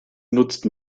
nutzt